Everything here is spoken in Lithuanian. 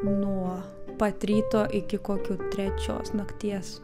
nuo pat ryto iki kokių trečios nakties